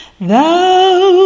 thou